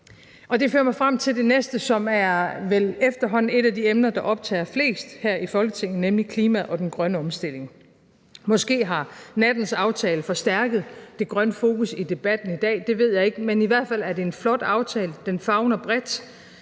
Ja. Det fører mig frem til det næste, som vel efterhånden er et af de emner, der optager flest her i Folketinget, nemlig klimaet og den grønne omstilling. Måske har nattens aftale forstærket det grønne fokus i debatten i dag – det ved jeg ikke. Men i hvert fald er det en flot aftale. Den favner bredt.